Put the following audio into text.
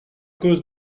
cause